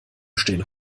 stehen